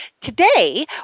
Today